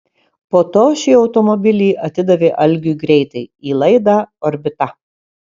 po to šį automobilį atidavė algiui greitai į laidą orbita